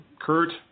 Kurt